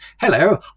Hello